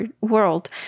world